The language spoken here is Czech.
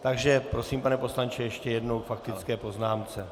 Takže prosím, pane poslanče, ještě jednou k faktické poznámce.